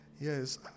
yes